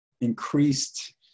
increased